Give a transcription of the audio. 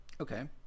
Okay